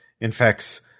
infects